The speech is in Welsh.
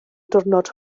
diwrnod